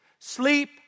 Sleep